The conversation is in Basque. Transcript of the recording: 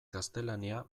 gaztelania